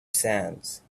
sands